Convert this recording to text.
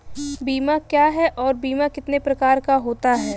बीमा क्या है और बीमा कितने प्रकार का होता है?